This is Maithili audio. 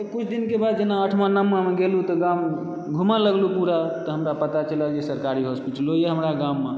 तऽ किछु दिनके बाद जेना आठमा नओमामे गेलु तऽ गाम घूमय लगलु पूरा तऽ हमरा पता चलल जे सरकारी होस्पिटलो यऽ हमरा गाममे